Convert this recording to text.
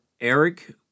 Eric